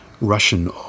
Russian